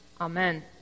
Amen